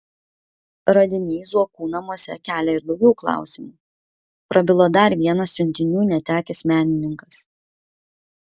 radiniai zuokų namuose kelia ir daugiau klausimų prabilo dar vienas siuntinių netekęs menininkas